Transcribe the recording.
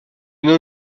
nos